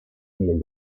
mehl